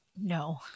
No